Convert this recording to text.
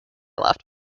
left